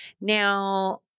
Now